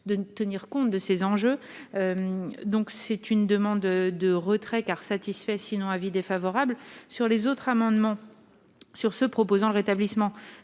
ne tenir compte de ces enjeux, donc c'est une demande de retrait car satisfait, sinon avis défavorable sur les autres amendements sur ce proposant le rétablissement